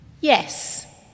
Yes